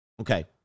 okay